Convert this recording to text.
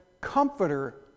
comforter